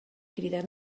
cridat